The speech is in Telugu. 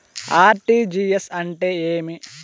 ఆర్.టి.జి.ఎస్ అంటే ఏమి?